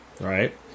right